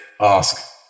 ask